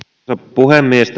puhemies